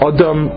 Adam